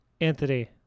Anthony